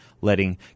letting